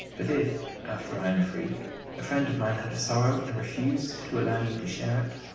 but if after i am free a friend of mine had a sorrow and refused to allow me to share it,